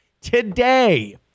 Today